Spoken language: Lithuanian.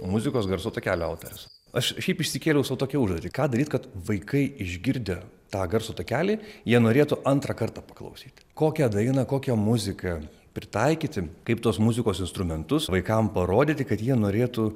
muzikos garso takelio autorius aš šiaip išsikėliau sau tokią užduotį ką daryt kad vaikai išgirdę tą garso takelį jie norėtų antrą kartą paklausyt kokią dainą kokią muziką pritaikyti kaip tos muzikos instrumentus vaikam parodyti kad jie norėtų